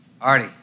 Artie